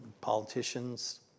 Politicians